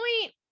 point